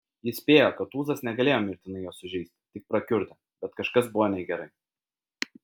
jis spėjo kad tūzas negalėjo mirtinai jo sužeisti tik prakiurdė bet kažkas buvo negerai